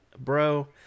bro